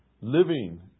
Living